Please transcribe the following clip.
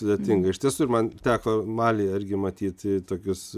sudėtinga iš tiesų ir man teko malyje irgi matyti tokius